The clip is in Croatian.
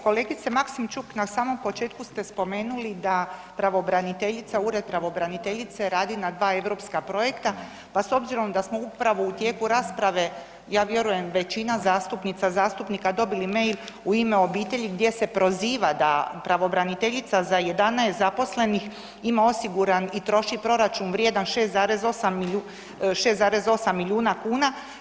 Kolegice Maksimčuk na samom početku ste spomenuli da Ured pravobraniteljice radi na dva europska projekta, pa s obzirom da smo upravo u tijeku rasprave ja vjerujem većina zastupnica, zastupnika dobili mail „U ime obitelji“ gdje se proziva da pravobraniteljica za 11 zaposlenih ima osiguran i troši proračun vrijedan 6,8 milijuna kuna.